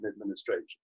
administration